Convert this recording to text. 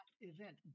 event